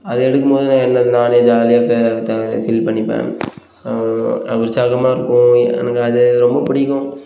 அது எடுக்கும்போது என்ன நானே ஜாலியாக ஃபீல் பண்ணிப்பேன் நான் உற்சாகமாக இருப்பேன் எனக்கு அது ரொம்பப் பிடிக்கும்